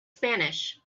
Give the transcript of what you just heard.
spanish